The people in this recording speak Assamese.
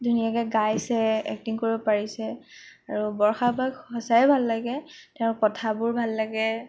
ধুনীয়াকৈ গাইছে এক্টিং কৰিব পাৰিছে আৰু বৰ্ষা বাক সঁচায়ে ভাল লাগে তেওঁৰ কথাবোৰ ভাল লাগে